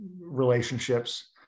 relationships